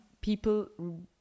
people